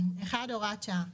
הוראת שעה.